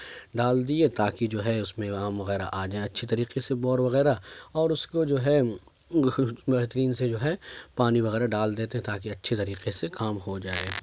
ڈال دیئے تا کہ جو ہے اس میں آم وغیرہ آ جائیں اچّھی طریقے سے بور وغیرہ اور اس کو جو ہے بہترین سے جو ہے پانی وغیرہ ڈال دیتے ہیں تا كہ اچّھے طریقے سے كام ہو جائے